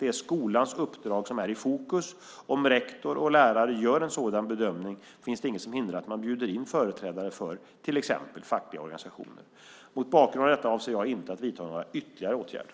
Det är skolans uppdrag som är i fokus. Om rektor och lärare gör en sådan bedömning finns det inget som hindrar att man bjuder in företrädare för till exempel fackliga organisationer. Mot bakgrund av detta avser jag inte att vidta några ytterligare åtgärder.